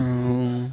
ହଉ